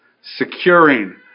securing